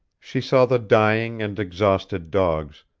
she saw the dying and exhausted dogs,